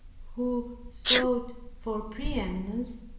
who sought for pre-eminence,